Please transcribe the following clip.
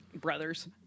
brothers